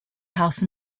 house